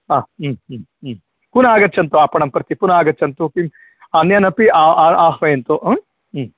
हा हम् हम् हम् पुनः आगच्छन्तु आपणं प्रति पुनः आगच्छन्तु अन्यानपि आ आ आह्वयन्तु हम्